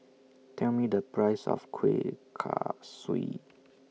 Tell Me The Price of Kuih Kaswi